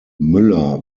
müller